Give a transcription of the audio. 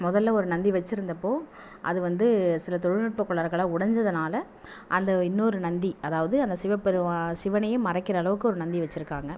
முதல்ல ஒரு நந்தி வச்சுருந்தப்போ அதை வந்து சில தொழில்நுட்ப கோளாறுகளால் உடைஞ்சதுனால அந்த இன்னொரு நந்தி அதாவது சிவபெருமான் சிவனையும் மறைக்கிற அளவுக்கு ஒரு நந்தி வச்சுருக்காங்க